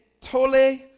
Tole